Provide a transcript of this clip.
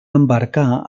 embarcar